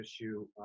issue